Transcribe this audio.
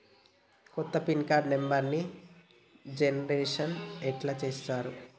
కొత్త pin card నెంబర్ని generation ఎట్లా చేత్తరు?